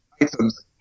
items